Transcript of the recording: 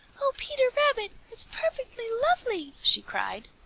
oh, peter rabbit, it's perfectly lovely! she cried.